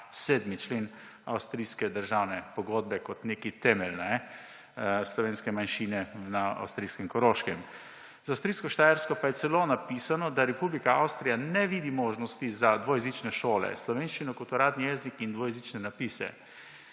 ta 7. člen Avstrijske državne pogodbe kot nek temelj slovenske manjšine na avstrijskem Koroškem. Za avstrijsko Štajersko pa je celo napisano, da Republika Avstrija ne vidi možnosti za dvojezične šole, slovenščino kot uradni jezik in dvojezične napise.